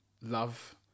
love